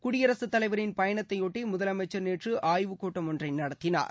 குடியரசுத்தலைவரின் பயணத்தையொட்டி முதலமைச்சர் நேற்று ஆய்வு கூட்டம் ஒன்றை நடத்தினார்